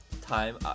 time